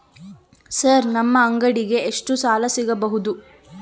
Sir ನಮ್ಮ ಅಂಗಡಿಗೆ ಎಷ್ಟು ಸಾಲ ಸಿಗಬಹುದು?